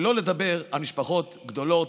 שלא לדבר על משפחות גדולות,